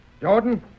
Jordan